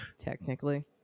Technically